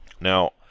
Now